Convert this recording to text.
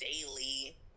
daily